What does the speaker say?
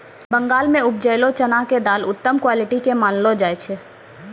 बंगाल मॅ उपजलो चना के दाल उत्तम क्वालिटी के मानलो जाय छै